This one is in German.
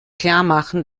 klarmachen